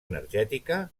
energètica